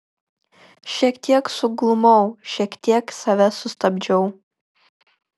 šiek tiek suglumau šiek tiek save sustabdžiau